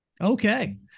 Okay